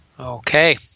Okay